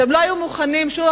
שהם לא היו מוכנים שוב.